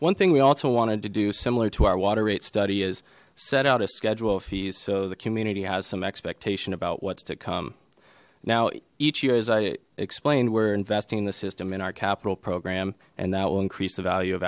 one thing we also wanted to do similar to our water rate study is set out a schedule fees so the community has some expectation about what's to come now each year as i explained we're investing in the system in our capital program and that will increase the value of